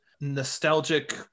nostalgic